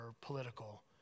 political